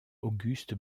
auguste